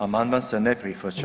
Amandman se ne prihvaća.